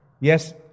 yes